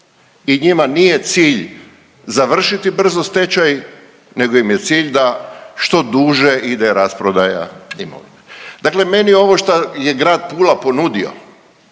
i njima nije cilj završiti brzo stečaj nego im je cilj da što duže ide rasprodaja imovine. Dakle meni ovo što je grad Pula ponudio